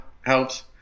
helps